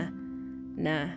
nah